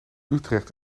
utrecht